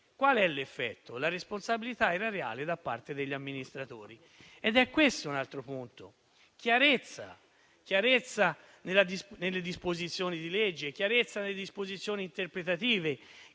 Qual è l'effetto? La responsabilità erariale da parte degli amministratori. Questo è un altro punto: chiarezza nelle disposizioni di legge e in quelle interpretative,